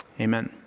Amen